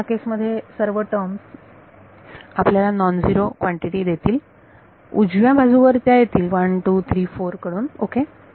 म्हणून ह्या केस मध्ये सर्व टर्म आपल्याला नॉन झिरो कॉन्टिटी देतील उजव्या बाजू वर त्या येतील 1 2 3 4 कडून ओके